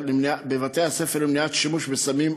למניעת שימוש בסמים,